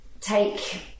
take